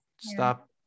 stop